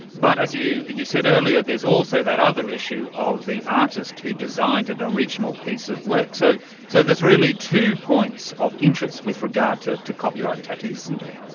but as you you said earlier, there's also that other issue of the artist who designed an original piece of work. so so there's really two points of interest with regard to to copyright and tattoos, isn't there.